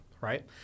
right